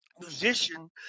musician